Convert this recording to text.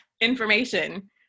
information